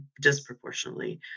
disproportionately